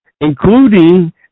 including